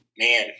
man